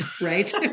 right